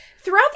Throughout